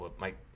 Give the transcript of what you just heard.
Mike